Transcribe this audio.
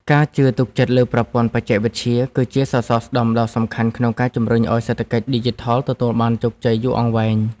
ការជឿទុកចិត្តលើប្រព័ន្ធបច្ចេកវិទ្យា គឺជាសសរស្តម្ភដ៏សំខាន់ក្នុងការជំរុញឱ្យសេដ្ឋកិច្ចឌីជីថលទទួលបានជោគជ័យយូរអង្វែង។